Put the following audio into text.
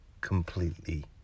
completely